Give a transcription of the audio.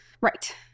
Right